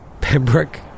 Pembroke